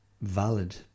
valid